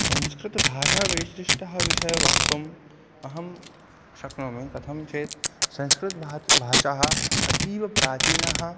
संस्कृतभाषावैशिष्ट्यं विषये वक्तुम् अहं शक्नोमि कथं चेत् संस्कृतभात् भाषा अतीवप्राचीना